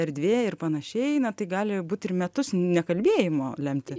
erdvė ir panašiai na tai gali būt ir metus nekalbėjimo lemti